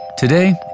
Today